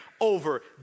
over